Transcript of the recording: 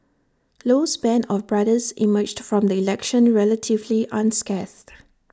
Low's Band of brothers emerged from the election relatively unscathed